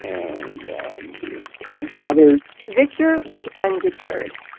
and he would tell my father victor was undeterred,